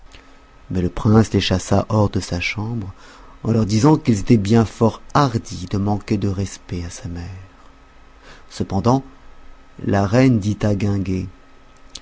mais le prince les chassa hors de sa chambre en leur disant qu'ils étaient fort bien hardis de manquer de respect à sa mère cependant la reine dit